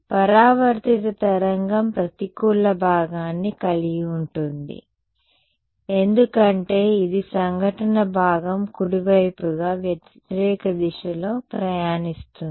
పరవర్తిత తరంగం ప్రతికూల భాగాన్ని కలిగి ఉంటుంది ఎందుకంటే ఇది సంఘటన భాగం కుడివైపుగా వ్యతిరేక దిశలో ప్రయాణిస్తుంది